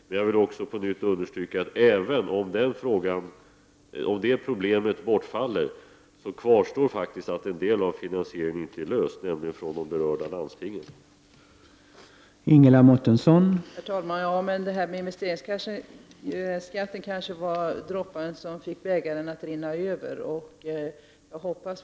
Men jag vill också på nytt understryka, att även om det problemet bortfaller, kvarstår faktiskt svårigheten att en del av finansieringen inte är löst, nämligen från de berörda landstingens sida.